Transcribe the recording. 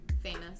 Famous